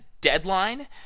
deadline